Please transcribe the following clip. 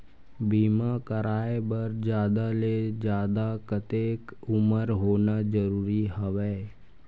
बीमा कराय बर जादा ले जादा कतेक उमर होना जरूरी हवय?